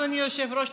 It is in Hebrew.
אדוני היושב-ראש,